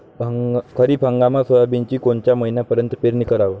खरीप हंगामात सोयाबीनची कोनच्या महिन्यापर्यंत पेरनी कराव?